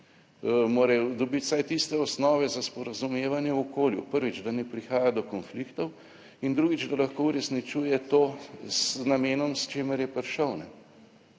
mora dobiti vsaj tiste osnove za sporazumevanje v okolju, prvič, da ne prihaja do konfliktov in drugič, da lahko uresničuje to z namenom s čimer je prišel,